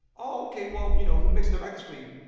ok. well, you know, who mixed the records for you?